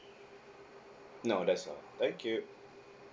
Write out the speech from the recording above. no that's all thank you